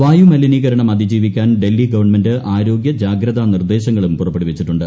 വായൂമലിനീകരണം അതിജീവിക്കാൻ ഡൽഹി ഗവൺമെന്റ് ആരോഗ്യ ജാഗ്രതാ നിർദ്ദേശങ്ങളും പുറപ്പെടുവിച്ചിട്ടുണ്ട്